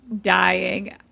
dying